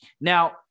Now